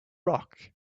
rock